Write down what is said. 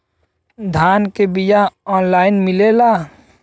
धान के बिया ऑनलाइन मिलेला?